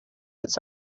its